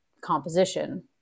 composition